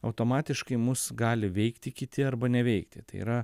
automatiškai mus gali veikti kiti arba neveikti tai yra